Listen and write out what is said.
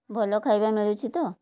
ଭଲ ଖାଇବା ମିଳୁଛି ତ